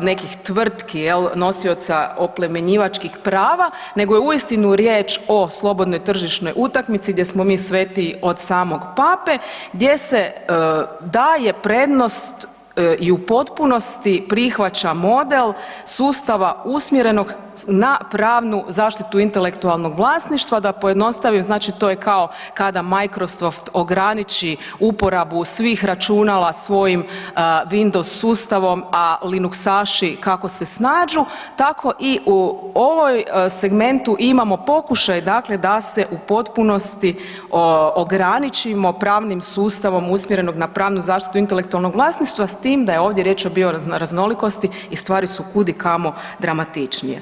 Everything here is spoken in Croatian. nekih tvrtki, jel, nosioca oplemenjivačkih prava nego je uistinu riječ o slobodnoj tržišnoj utakmici gdje smo mi svetiji od samog pape, gdje se daje prednost i u potpunosti prihvaća model sustava usmjerenog na pravnu zaštitu intelektualnog vlasništva, da pojednostavim, znači to je kao kada Microsoft ograniči uporabu svih računala svojim Windows sustavom, a linuksaši kako se snađu, tako i u ovom segmentu imamo pokušaj dakle da se u potpunosti ograničimo pravnim sustavom usmjerenog na pravnu zaštitu intelektualnog vlasništva, s tim da je ovdje riječ o bioraznolikosti i stvari su kudikamo dramatičnije.